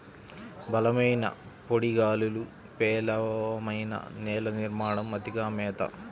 బలమైన పొడి గాలులు, పేలవమైన నేల నిర్మాణం, అతిగా మేత